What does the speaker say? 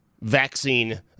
vaccine